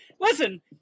Listen